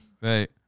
right